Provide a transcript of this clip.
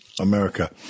America